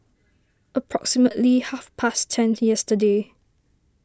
approximately half past ten yesterday